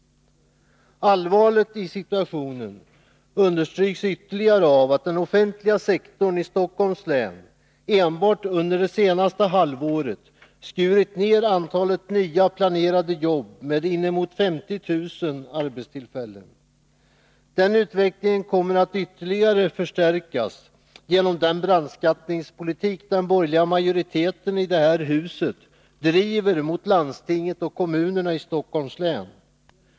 Allvaret i situationen understryks ytterligare av att den offentliga sektorn i Stockholms län enbart under det senaste halvåret skurit ner antalet nya planerade jobb med inemot 50 000 arbetstillfällen. Den utvecklingen kommer att ytterligare förstärkas genom den brandskattningspolitik som den borgerliga majoriteten i detta hus driver mot landstinget och kommunerna i Stockholms län.